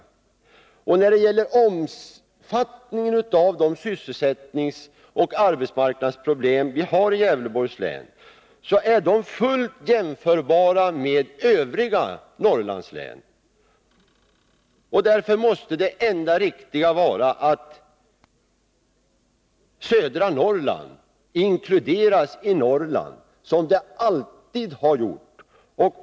Och omfattningen av de sysselsättningsoch arbetsmarknadsproblem som vi har i Gävleborgs län är fullt jämförbar med förhållandena i de övriga Norrlandslänen. Därför måste det enda riktiga vara att södra Norrland inkluderas i Norrland, som det alltid har gjort.